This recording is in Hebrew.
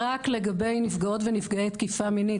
רק לגבי נפגעי ונפגעות תקיפה מינית,